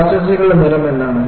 മോളാസസുകളുടെ നിറം എന്താണ്